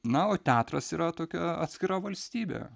na o teatras yra tokia atskira valstybė